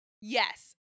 Yes